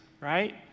right